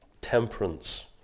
temperance